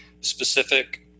specific